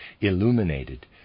illuminated